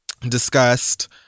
discussed